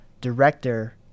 Director